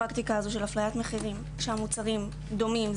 הפרקטיקה הזאת של אפליית מחירים של מוצרים דומים,